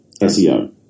SEO